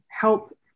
help